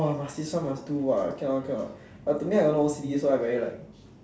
!wah! must this one must do ah cannot cannot but to me I got no O_C_D so I'm very like